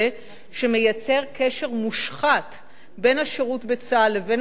שמייצר קשר מושחת בין השירות בצה"ל לבין הישיבות,